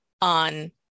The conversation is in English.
on